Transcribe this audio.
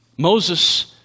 Moses